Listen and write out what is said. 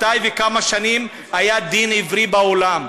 מתי וכמה שנים היה דין עברי בעולם?